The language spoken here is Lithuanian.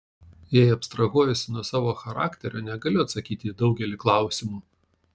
jei abstrahuojuosi nuo savo charakterio negaliu atsakyti į daugelį klausimų